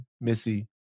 Missy